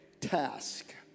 task